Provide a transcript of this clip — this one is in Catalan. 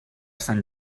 sant